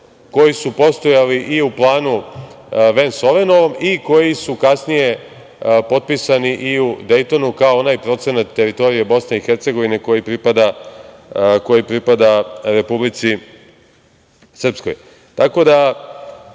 koji su postojali i u planu Vens Ovenovom i koji su kasnije potpisani i u Dejtonu, kao onaj procenat teritorije BiH koji pripada Republici Srpskoj. Tako